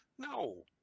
No